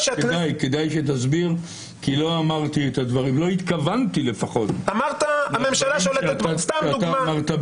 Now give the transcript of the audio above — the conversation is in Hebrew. כדאי שתסביר כי לא אמרתי את הדברים לא התכוונתי לפחות שאמרת בשמי.